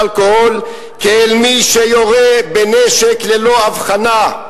אלכוהול כאל מי שיורה בנשק ללא הבחנה.